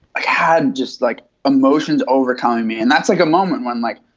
i had just like emotions over economy. and that's like a moment when, like,